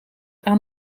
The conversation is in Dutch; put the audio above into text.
aan